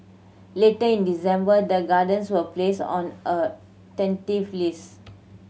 later in December the gardens were placed on a tentative list